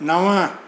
नव